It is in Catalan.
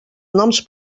noms